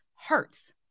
hurts